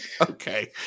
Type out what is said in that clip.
Okay